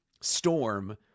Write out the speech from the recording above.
storm